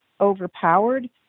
overpowered